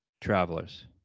Travelers